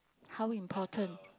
how important